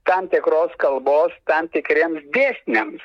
tam tikros kalbos tam tikriems dėsniams